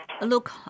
Look